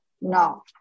No